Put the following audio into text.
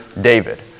David